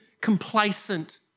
complacent